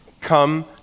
come